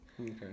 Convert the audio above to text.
Okay